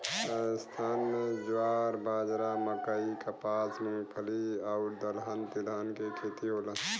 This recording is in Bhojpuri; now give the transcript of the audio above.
राजस्थान में ज्वार, बाजरा, मकई, कपास, मूंगफली आउर दलहन तिलहन के खेती होला